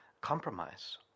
compromise